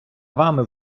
вами